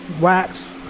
wax